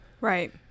Right